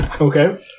Okay